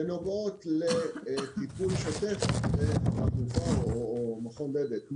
שנוגעות לטיפול שוטף במוצר או מכון בדק.